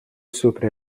supre